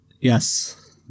Yes